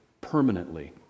permanently